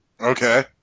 Okay